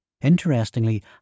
Interestingly